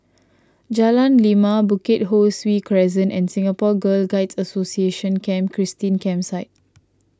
Jalan Lima Bukit Ho Swee Crescent and Singapore Girl Guides Association Camp Christine Campsite